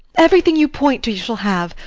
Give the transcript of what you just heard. everything you point to you shall have,